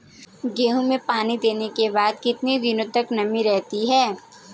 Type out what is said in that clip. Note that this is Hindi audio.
गेहूँ में पानी देने के बाद कितने दिनो तक नमी रहती है?